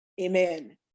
amen